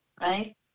right